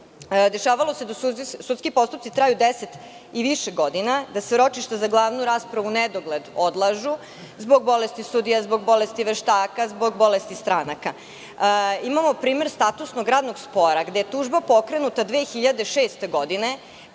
Dešavalo se da sudski postupci traju 10 i više godina, da su ročišta za glavnu raspravu u nedogled odlažu zbog bolesti sudija, zbog bolesti veštaka, zbog bolesti stranaka. Imamo primer statusnog radnog spora, gde je tužba pokrenuta 2006. godine.